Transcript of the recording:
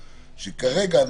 שכרגע,